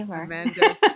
Amanda